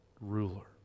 ruler